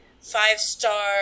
five-star